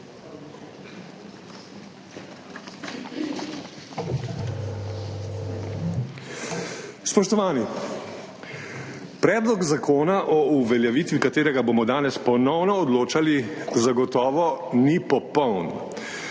Spoštovani. Predlog zakona o uveljavitvi katerega bomo danes ponovno odločali, zagotovo ni popoln.